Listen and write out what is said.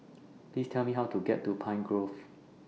Please Tell Me How to get to Pine Grove